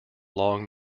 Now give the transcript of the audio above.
long